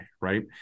right